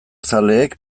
zaleek